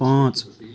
پانٛژھ